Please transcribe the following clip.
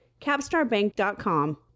CapstarBank.com